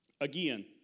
Again